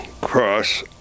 cross